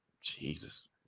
Jesus